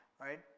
right